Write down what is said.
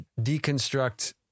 deconstruct